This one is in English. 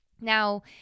Now